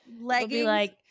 Leggings